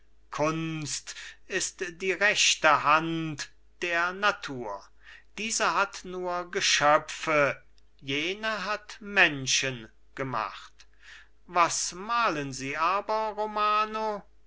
kunst ist die rechte hand der natur diese hat nur geschöpfe jene hat menschen gemacht was malen sie aber romano